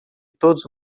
todos